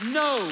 no